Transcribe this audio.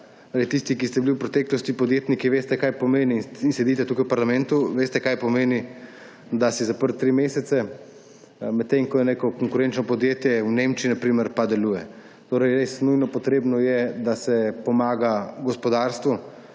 Tisti, ki ste bili v preteklosti podjetniki in sedite tukaj v parlamentu, veste, kaj pomeni, da si zaprt tri mesece, medtem ko neko konkurenčno podjetje v Nemčiji, na primer, pa deluje. Res je nujno potrebno, da se pomaga gospodarstvu,